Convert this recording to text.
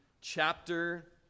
chapter